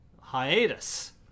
hiatus